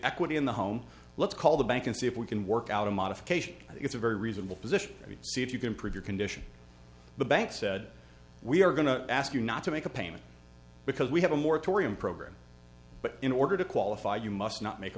equity in the home let's call the bank and see if we can work out a modification it's a very reasonable position see if you can prove your condition the bank said we are going to ask you not to make a payment because we have a moratorium program but in order to qualify you must not make a